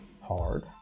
hard